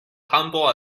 humble